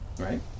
right